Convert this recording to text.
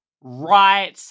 right